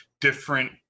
different